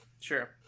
Sure